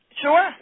Sure